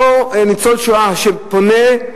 אותו ניצול שואה שפונה,